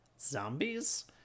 zombies